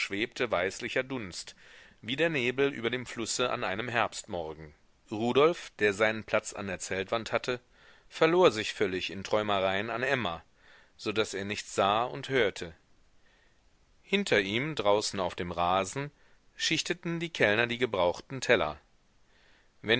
weißlicher dunst wie der nebel über dem flusse an einem herbstmorgen rudolf der seinen platz an der zeltwand hatte verlor sich völlig in träumereien an emma so daß er nichts sah und hörte hinter ihm draußen auf dem rasen schichteten die kellner die gebrauchten teller